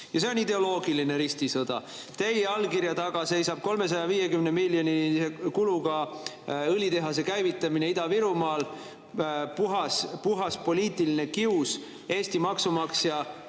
See on ideoloogiline ristisõda. Teie allkirja taga seisab 350‑miljonilise kuluga õlitehase käivitamine Ida-Virumaal. Puhas poliitiline kius! Eesti maksumaksja